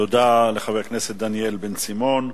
תודה לחבר הכנסת דניאל בן-סימון.